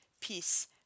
peace